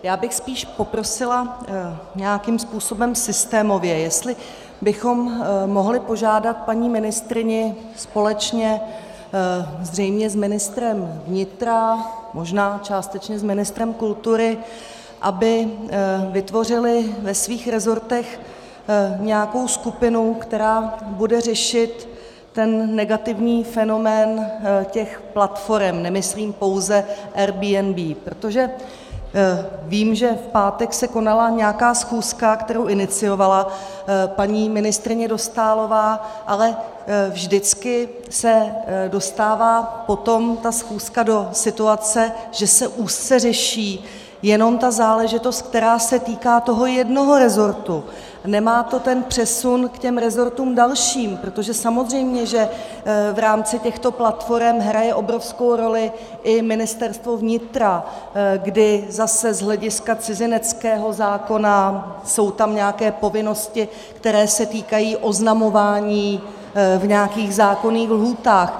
Já bych spíš poprosila nějakým způsobem systémově, jestli bychom mohli požádat paní ministryni, společně zřejmě s ministrem vnitra, možná částečně s ministrem kultury, aby vytvořili ve svých resortech nějakou skupinu, která bude řešit ten negativní fenomén těch platforem, nemyslím pouze Airbnb, protože vím, že v pátek se konala nějaká schůzka, kterou iniciovala paní ministryně Dostálová, ale vždycky se dostává potom ta schůzka do situace, že se úzce řeší jenom ta záležitost, která se týká toho jednoho resortu, a nemá to přesun k resortům dalším, protože je samozřejmé, že v rámci těchto platforem hraje obrovskou roli i Ministerstvo vnitra, kdy zase z hlediska cizineckého zákona jsou tam nějaké povinnosti, které se týkají oznamování v nějakých zákonných lhůtách.